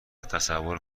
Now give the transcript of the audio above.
تصور